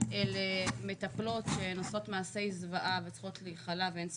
אל מטפלות שעושות מעשי זוועה וצריכות להיכלא ואין ספק,